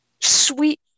Sweet